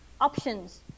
options